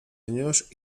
años